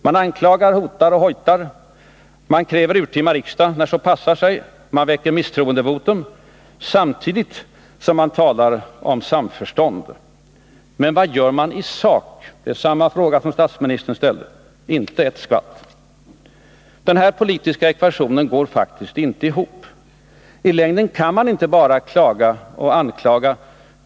Man anklagar, hotar och hojtar, man kräver urtima riksdag när så passar sig, och man väcker misstroendevotum — samtidigt som man talar om samförstånd. Men vad gör man i sak? Statsministern ställde samma fråga. Inte ett skvatt! Den här politiska ekvationen går faktiskt inte ihop. I längden kan man inte bara klaga och anklaga.